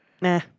Nah